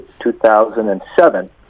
2007